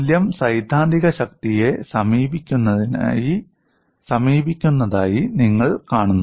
മൂല്യം സൈദ്ധാന്തിക ശക്തിയെ സമീപിക്കുന്നതായി നിങ്ങൾ കാണുന്നു